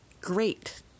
great